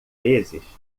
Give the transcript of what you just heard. vezes